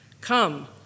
Come